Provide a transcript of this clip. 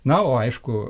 na o aišku